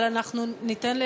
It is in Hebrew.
אבל אנחנו ניתן,